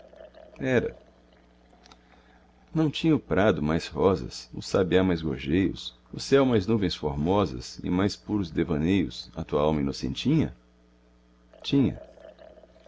era não tinha o prado mais rosas o sabiá mais gorjeios o céu mais nuvens formosas e mais puros devaneios a tua alma inocentinha tinha